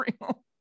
real